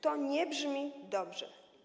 To nie brzmi dobrze.